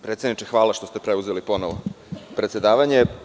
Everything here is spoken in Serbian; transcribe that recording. Predsedniče, hvala što ste preuzeli ponovo predsedavanje.